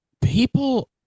People